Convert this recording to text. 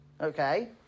Okay